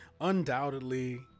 undoubtedly